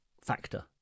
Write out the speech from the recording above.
factor